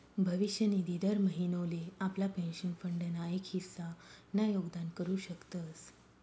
भविष्य निधी दर महिनोले आपला पेंशन फंड ना एक हिस्सा ना योगदान करू शकतस